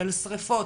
של שריפות,